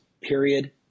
period